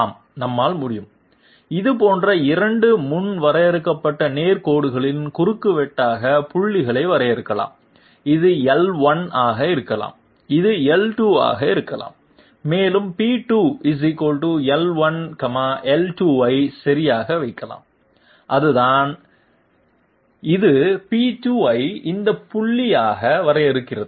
ஆமாம் நம்மால் முடியும் இது போன்ற இரண்டு முன் வரையறுக்கப்பட்ட நேர் கோடுகளின் குறுக்குவெட்டாக புள்ளிகளை வரையறுக்கலாம் இது l1 ஆக இருக்கலாம் இது l2 ஆக இருக்கலாம் மேலும் p 2 l1 l2 ஐ சரியாக வைக்கலாம் அதுதான் இது p2 ஐ இந்த புள்ளியாக வரையறுக்கிறது